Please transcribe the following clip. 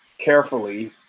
carefully